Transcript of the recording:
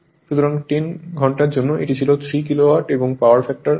সুতরাং 10 ঘন্টার জন্য এটি ছিল 3 কিলোওয়াট এবং পাওয়ার ফ্যাক্টর 06